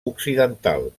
occidental